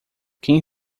quem